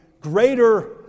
greater